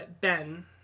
Ben